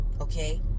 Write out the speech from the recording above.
okay